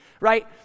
right